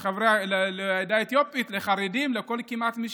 לעדה האתיופית, לחרדים, כמעט לכל מי